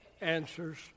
answers